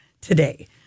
today